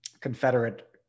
Confederate